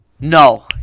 no